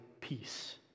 peace